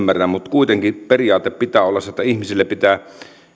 kuitenkin periaatteen pitää olla se että yhteiskunnan